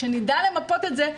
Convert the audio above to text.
כשנדע למפות את זה,